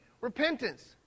repentance